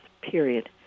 period